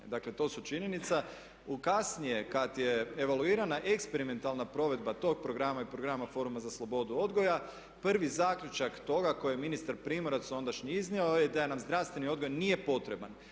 Dakle, to su činjenice. Kasnije kad je evaluirana eksperimentalna provedba tog programa i Programa foruma za slobodu odgoja prvi zaključak toga koji je ministar Primorac ondašnji iznio je da nam zdravstveni odgoj nije potreban,